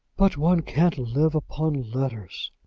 but one can't live upon letters.